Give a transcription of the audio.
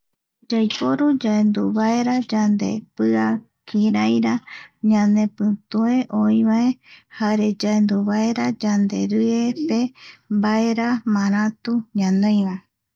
Yaiporu yaendu vaera kiaira yande pia kiraira ñanepitue oi vae, jare yaendu vaera yande rie pe mbae ra maratu ñanoi va